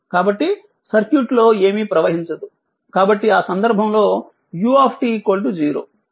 కాబట్టి సర్క్యూట్లో ఏమీ ప్రవహించదు కాబట్టి ఆ సందర్భంలో u 0